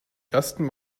ersten